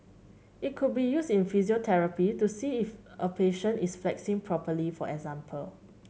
it could be used in physiotherapy to see if a patient is flexing properly for example